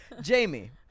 Jamie